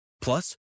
Plus